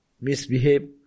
misbehave